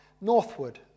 northward